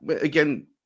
Again